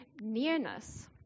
nearness